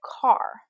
car